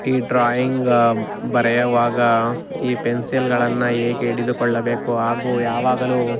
ಈ ಡ್ರಾಯಿಂಗ್ ಬರೆಯುವಾಗ ಈ ಪೆನ್ಸಿಲ್ಗಳನ್ನು ಹೇಗೆ ಹಿಡಿದುಕೊಳ್ಳಬೇಕು ಹಾಗೂ ಯಾವಾಗಲೂ